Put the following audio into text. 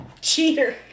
Cheater